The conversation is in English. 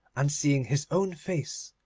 and, seeing his own face,